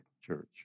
church